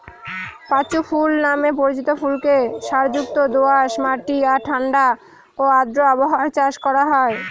পাঁচু ফুল নামে পরিচিত ফুলকে সারযুক্ত দোআঁশ মাটি আর ঠাণ্ডা ও আর্দ্র আবহাওয়ায় চাষ করা হয়